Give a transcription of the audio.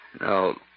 No